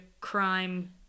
crime-